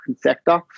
sector